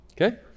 Okay